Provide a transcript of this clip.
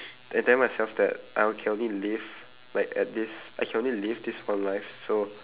and telling myself that I can only live like at this I can only live this one life so